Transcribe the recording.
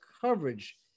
coverage